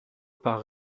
par